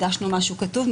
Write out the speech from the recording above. מסופקני אם הגשנו משהו כתוב.